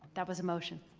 that was a motion.